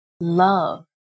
love